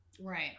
Right